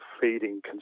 feeding